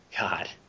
God